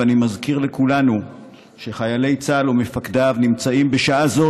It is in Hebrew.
ואני מזכיר לכולנו שחיילי צה"ל ומפקדיו נמצאים בשעה זו,